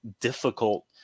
difficult